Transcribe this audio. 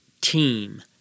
team